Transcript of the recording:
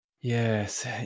Yes